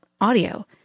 audio